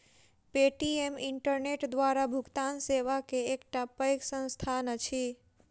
Paytm internet द्वारा भुगतान सेवा के एकटा पैघ संस्थान अछि